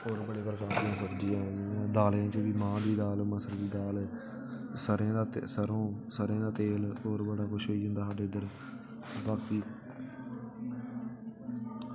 होर दालें च बी जि'यां माहें दी दाल मसरें दी दाल सरेआं दा तेल होर बी बड़ा कुछ होई जंदा साढ़े उद्धर